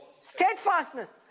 Steadfastness